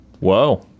Whoa